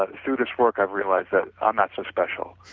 ah through this work i've realized that i'm not so special.